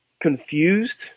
confused